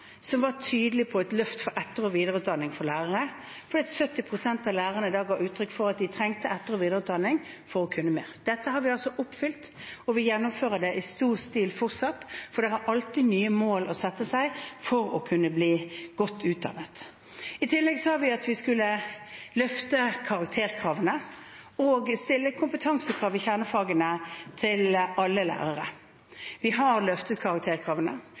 som var tydelig på et løft for etter- og videreutdanning for lærere, fordi 70 pst. av lærerne da ga uttrykk for at de trengte etter- og videreutdanning for å kunne mer. Dette har vi altså oppfylt, og vi gjennomfører det i stor stil fortsatt, for det er alltid nye mål å sette seg for å kunne bli godt utdannet. I tillegg sa vi at vi skulle løfte karakterkravene og stille kompetansekrav i kjernefagene til alle lærere. Vi har løftet karakterkravene.